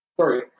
sorry